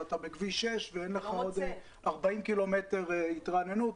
ואתה בכביש 6 ואין לך עוד 40 קילומטר התרעננות,